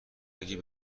اگر